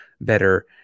better